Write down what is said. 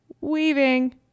Weaving